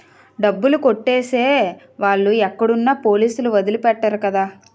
డబ్బులు కొట్టేసే వాళ్ళు ఎక్కడున్నా పోలీసులు వదిలి పెట్టరు కదా